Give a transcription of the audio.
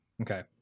Okay